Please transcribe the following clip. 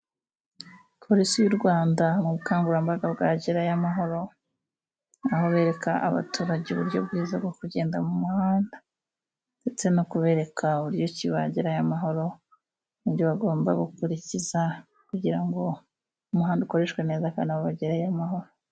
Polisi y'u Rwanda mu bukangurambaga bwa gerayo amahoro, aho berereka abaturage uburyo bwiza bwo kugenda mu muhanda ndetse no kubereka uburyo ki bagerayo amahoro n'ibyo bagomba gukurikiza kugira ngo umuhanda ukoreshwe neza akanawubagereyo amahoro. .